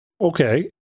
Okay